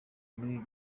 muri